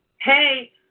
hey